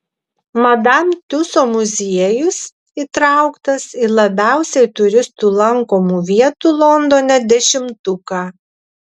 madam tiuso muziejus įtrauktas į labiausiai turistų lankomų vietų londone dešimtuką